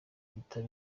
bite